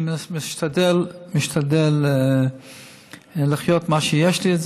אני משתדל לחיות ממה שיש לי.